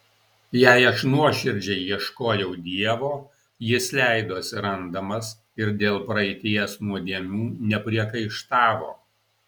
jei aš nuoširdžiai ieškojau dievo jis leidosi randamas ir dėl praeities nuodėmių nepriekaištavo